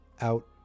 out